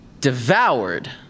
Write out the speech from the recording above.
devoured